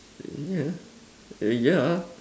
eh yeah eh yeah